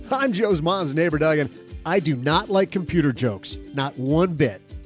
i'm joe's mom's neighbor, doug and i do not like computer jokes, not one bit.